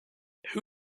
who